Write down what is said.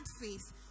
faith